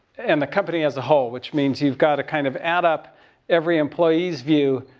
and the company as a whole, which means you've got to kind of add up every employee's view,